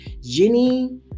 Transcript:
Jenny